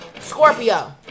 Scorpio